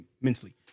mentally